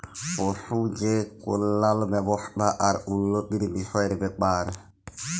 পশু যে কল্যাল ব্যাবস্থা আর উল্লতির বিষয়ের ব্যাপার